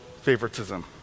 favoritism